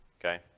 Okay